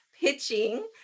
pitching